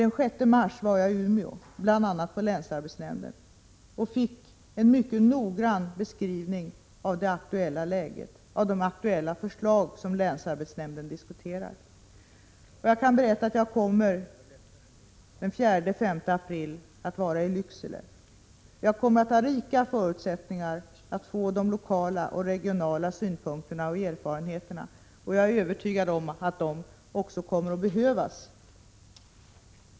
Den 6 mars var jag i Umeå, bl.a. på länsarbetsnämnden, och fick en mycket noggrann beskrivning av det aktuella läget och av de förslag som länsarbetsnämnden diskuterar. Jag kan berätta att jag den 4 och 5 april kommer att vara i Lycksele. Jag kommer att få rika tillfällen att ta del av de lokala och regionala synpunkterna och erfarenheterna. Jag är övertygad om att insatser behövs.